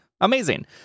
Amazing